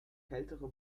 kältere